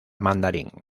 mandarín